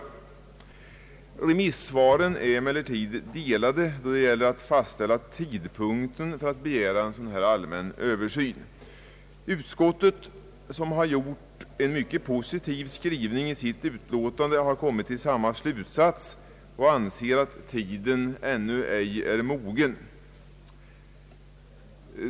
I remissvaren förekommer emellertid olika uppfattningar då det gäller att fastställa tidpunkten för att begära en sådan här allmän översyn. Utskottet, som gjort en mycket positiv skrivning i sitt utlåtande, har kommit till samma slutsats och anser att »tiden ännu ej är mogen».